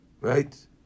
Right